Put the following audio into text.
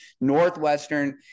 Northwestern